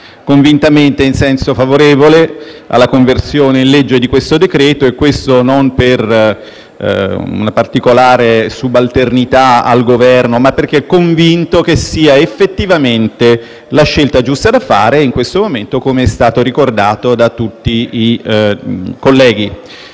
convintamente in senso favorevole alla conversione in legge del decreto-legge in esame e questo non per una particolare subalternità al Governo, ma perché è convinto che sia effettivamente la scelta giusta da fare in questo momento, come è stato ricordato da tutti i colleghi.